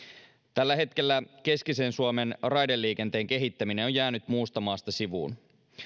tällä hetkellä keskisen suomen raideliikenteen kehittäminen on jäänyt muusta maasta sivuun